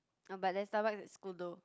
oh but there's Starbucks at school though